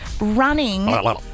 running